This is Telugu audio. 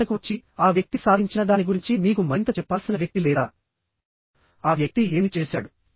బయటకు వచ్చి ఆ వ్యక్తి సాధించిన దాని గురించి మీకు మరింత చెప్పాల్సిన వ్యక్తి లేదా ఆ వ్యక్తి ఏమి చేశాడు